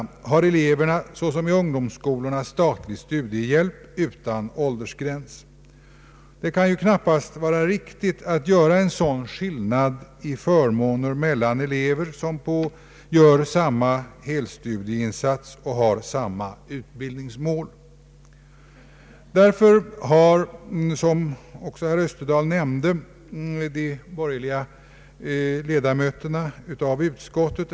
Jag anser för min del att eleverna i dessa fall skall behandlas helt lika, oavsett vilka skolor de går i. Det kan inte var riktigt att elever som gör samma studieinsats, har samma utbildningsmål och arbetar på samma sätt skall behandlas olika när det gäller studiehjälp, beroende på var de studerar.